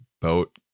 boat